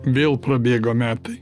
vėl prabėgo metai